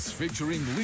featuring